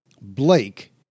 Blake